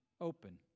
open